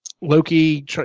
loki